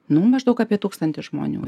nu maždaug apie tūkstantį žmonių